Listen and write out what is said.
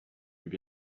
have